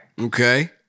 Okay